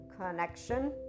connection